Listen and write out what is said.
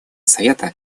совета